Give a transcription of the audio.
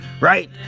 right